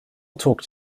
talked